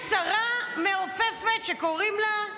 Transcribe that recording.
יש שרה מעופפת, שקוראים לה?